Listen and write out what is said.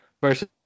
versus